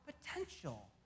potential